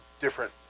different